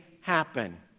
happen